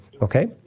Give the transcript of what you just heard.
okay